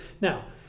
Now